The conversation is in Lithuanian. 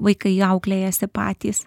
vaikai auklėjasi patys